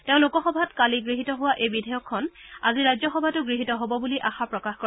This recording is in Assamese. তেওঁ লোকসভাত কালি গৃহীত হোৱা এই বিধেয়কখন আজি ৰাজ্যসভাত গৃহীত হ'ব বুলি আশা প্ৰকাশ কৰে